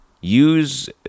use